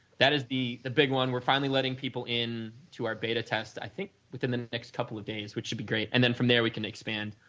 that is the the big one. we are finally letting people in to our beta test, i think within the next couple of days, which would be great, and then from there we can expand,